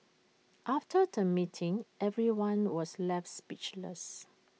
after the meeting everyone was left speechless